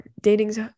dating's